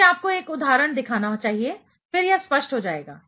मुझे आपको एक उदाहरण दिखाना चाहिए फिर यह स्पष्ट हो जाएगा